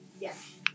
Yes